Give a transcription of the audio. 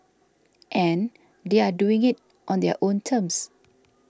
and they are doing it on their own terms